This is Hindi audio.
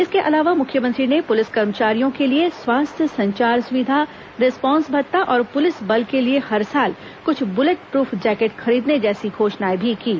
इसके अलावा मुख्यमंत्री ने पुलिस कर्मचारियों के लिए स्वास्थ्य संचार सुविधा रिस्पांस भत्ता और पुलिस बल के लिए हर साल कुछ बुलेट प्रुफ जैकेट खरीदने जैसी घोषणाएं भी कीं